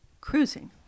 cruising